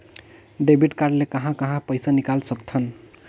Debit card ले कहां कहां पइसा निकाल सकथन?